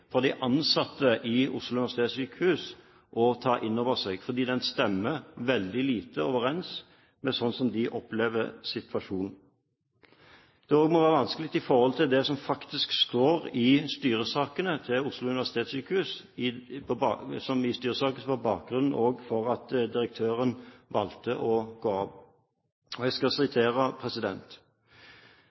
for de ansatte i Oslo universitetssykehus å ta inn over seg, fordi den stemmer veldig lite overens med hvordan de opplever situasjonen. Det må også være vanskelig i forhold til det som faktisk står i styresakene til Oslo universitetssykehus, som var bakgrunnen for at direktøren valgte å gå av. Jeg skal sitere: